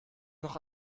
noch